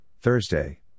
Thursday